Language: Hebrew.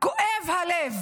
כואב הלב